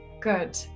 good